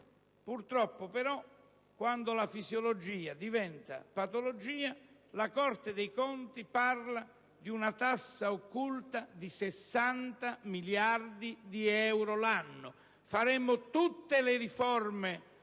Purtroppo però, quando la fisiologia diviene patologia, la Corte dei conti parla di una tassa occulta di 60 miliardi di euro l'anno: faremmo tutte le riforme